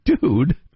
dude